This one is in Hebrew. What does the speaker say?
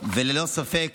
ללא ספק,